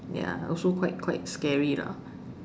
ya also quite quite scary lah